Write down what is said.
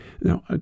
Now